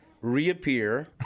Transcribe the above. reappear